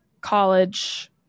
college